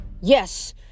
Yes